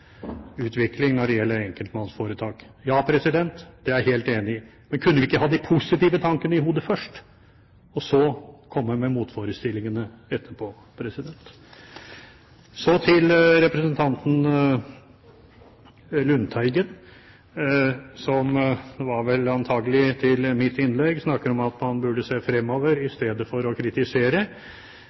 enkeltmannsforetak. Ja, det er jeg helt enig i, men kunne vi ikke hatt de positive tankene i hodet først og så komme med motforestillingene etterpå? Så til representanten Lundteigen, som antakelig til mitt innlegg snakker om at man burde se fremover i stedet for å kritisere.